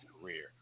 career